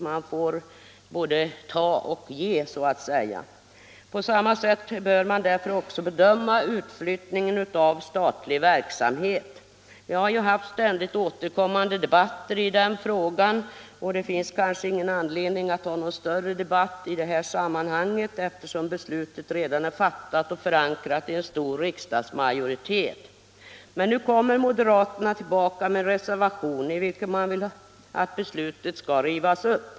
Man får både ta och ge. På samma sätt bör man därför också bedöma utflyttningen av statlig verksamhet. Vi har ju haft ständigt återkommande debatter i den frågan, och det finns kanske ingen anledning att ta någon större debatt därom i detta sammanhang, eftersom beslutet redan är fattat och förankrat i en stor riksdagsmajoritet. Men nu kommer moderaterna tillbaka med en reservation enligt vilken de vill att beslutet skall rivas upp.